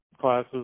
classes